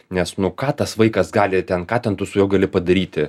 nes nu ką tas vaikas gali ten ką ten tu su juo gali padaryti